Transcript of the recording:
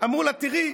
אמרו לה: תראי,